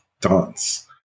dance